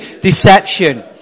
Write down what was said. deception